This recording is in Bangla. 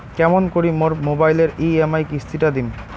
কেমন করি মোর মোবাইলের ই.এম.আই কিস্তি টা দিম?